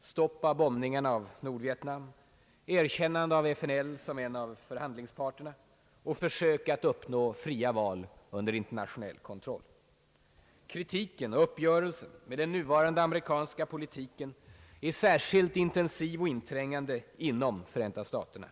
stopp av bombningarna av Nordvietnam, erkännande av FNL som förhandlingspart och försök att uppnå fria val under internationell kontroll. Kritiken och uppgörelsen med den nuvarande amerikanska politiken är särskilt intensiv och inträngande inom Förenta staterna.